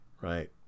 right